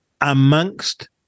amongst